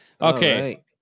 okay